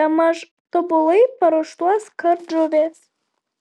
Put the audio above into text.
bemaž tobulai paruoštos kardžuvės